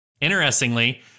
Interestingly